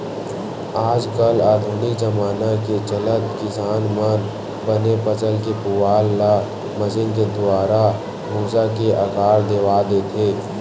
आज कल आधुनिक जबाना के चलत किसान मन बने फसल के पुवाल ल मसीन के दुवारा भूसा के आकार देवा देथे